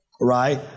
Right